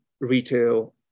retail